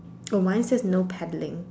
oh mine says no paddling